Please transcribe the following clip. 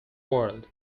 world